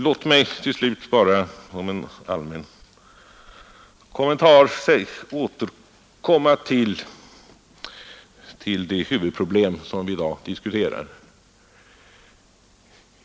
Låt mig till slut bara återkomma med en allmän kommentar om de huvudproblem som vi i dag diskuterar.